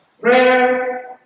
prayer